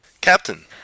Captain